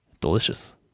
Delicious